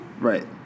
Right